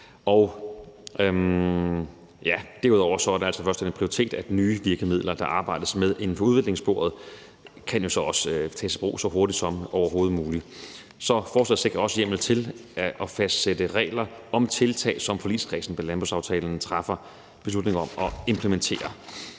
Derudover er der altså også den prioritet, at nye virkemidler, der arbejdes med inden for udviklingssporet, skal tages i brug så hurtigt som overhovedet muligt. Så forslaget sikrer også hjemmel til at fastsætte regler om tiltag, som forligskredsen bag landbrugsaftalen træffer beslutning om at implementere.